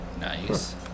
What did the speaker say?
nice